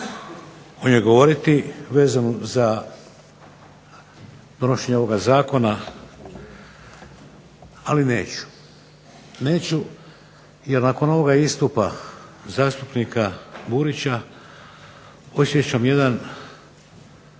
u njoj govoriti vezanu za donošenje ovoga zakona, ali neću. Neću jer nakon ovoga istupa zastupnika Burića osjećam jedan